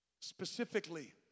Specifically